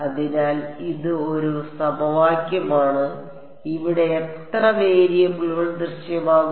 അതിനാൽ ഇത് ഒരു സമവാക്യമാണ് ഇവിടെ എത്ര വേരിയബിളുകൾ ദൃശ്യമാകും